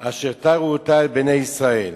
אשר תרו אותה בני ישראל,